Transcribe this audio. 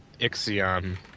ixion